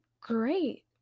great